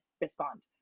respond